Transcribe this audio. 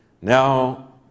Now